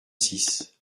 six